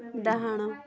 ଡାହାଣ